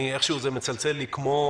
איכשהו זה מצלצל לי כמו